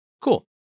Cool